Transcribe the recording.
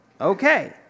okay